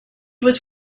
was